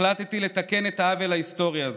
החלטתי לתקן את העוול ההיסטורי הזה.